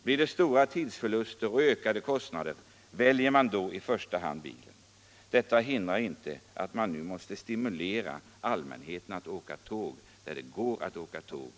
Blir det stora tidsförluster och ökade kostnader väljer man då i första hand bilen. Detta hindrar inte att allmänheten måste stimuleras att åka tåg där det går att åka tåg.